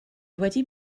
wedi